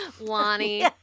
Lonnie